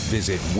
Visit